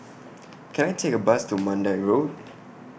Can I Take A Bus to Mandai Road